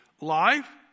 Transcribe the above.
Life